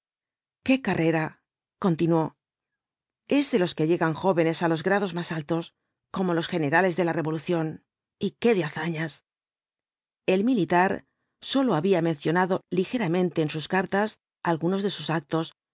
qué carrera continuó es de los que llegan jóvenes á los grados más altos como los generales de la revolución y qué de hazañas el militar sólo había mencionado ligeramente en sus cartas algunos de sus actos